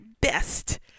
best